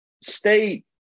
State